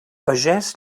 pagès